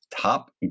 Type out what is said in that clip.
Top